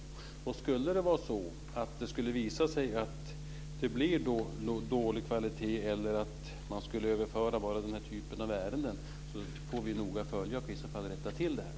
Vi får noga följa om det visar sig att det blir dålig kvalitet eller att bara en typ av ärenden skulle skulle komma att överföras och då i vissa fall rätta till detta.